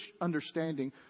understanding